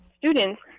students